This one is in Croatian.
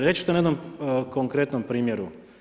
Reći ću to na jednom konkretnom primjeru.